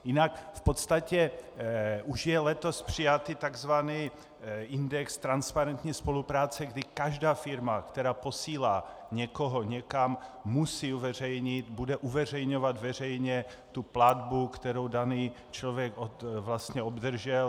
Jinak v podstatě už je letos přijatý tzv. index transparentní spolupráce, kdy každá firma, která posílá někoho někam, musí uveřejnit, bude uveřejňovat veřejně tu platbu, kterou daný člověk obdržel.